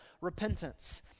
repentance